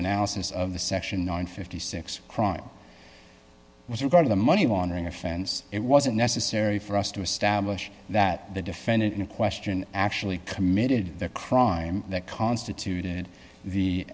analysis of the section nine hundred and fifty six crime with regard to the money laundering offense it wasn't necessary for us to establish that the defendant in question actually committed the crime that constituted the